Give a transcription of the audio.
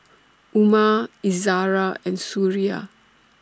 Umar Izzara and Suria